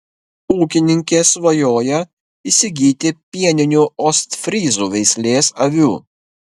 ūkininkė svajoja įsigyti pieninių ostfryzų veislės avių